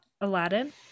Aladdin